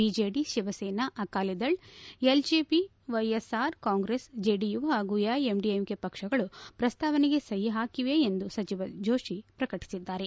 BJD Shiv Sena Akali Dal LJP YSR Congress JDU ಪಾಗೂ AIADMK ಪಕ್ಷಗಳು ಪ್ರಸ್ತಾವನೆಗೆ ಸಹಿ ಹಾಕಿವೆ ಎಂದು ಸಚಿವ ಜೋಷಿ ಪ್ರಕಟಿಸಿದ್ದಾರೆ